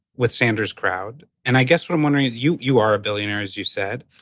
with sanders' crowd. and i guess what i'm wondering, you you are a billionaire, as you said.